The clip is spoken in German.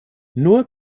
nur